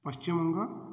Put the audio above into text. Paschimbanga